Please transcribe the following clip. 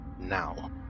now